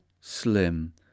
slim